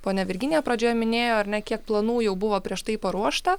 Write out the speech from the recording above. ponia virginija pradžioje minėjo ar ne kiek planų jau buvo prieš tai paruošta